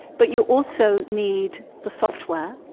but you also need the software,